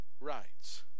rights